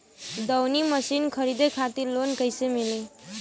दऊनी मशीन खरीदे खातिर लोन कइसे मिली?